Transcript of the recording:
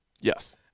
Yes